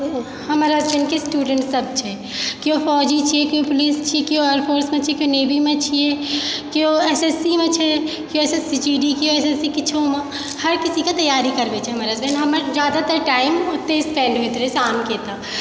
हमर हसबैन्डके स्टूडेंट सब छै केओ फौजी छै केओ पुलिस छै केओ एयरफोर्समे छै केओ नेवीमे छै केओ एस एस सी मे छै केओ एस एस जी डी के एस एस सी मे किछोमे हर किसीके तैयारी करबय छै हमर हसबैन्ड हमर जादातर टाइम ओतय स्पैंड होइत रहय छै शामके तऽ